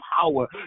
power